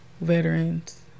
veterans